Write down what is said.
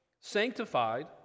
sanctified